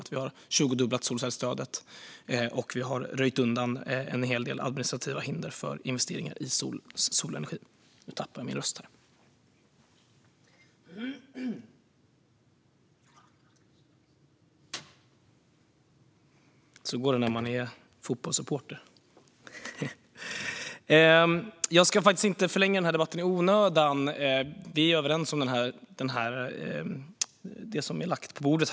Vi har tjugodubblat solcellsstödet och röjt undan en hel del administrativa hinder för investeringar i solenergi. Nu tappade jag rösten. Så går det när man är fotbollssupporter. Jag ska inte förlänga debatten i onödan. Vi är i stor utsträckning överens om det som nu är lagt på bordet.